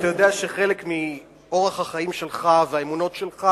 אתה יודע שחלק מאורח החיים שלך והאמונות שלך,